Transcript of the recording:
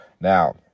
now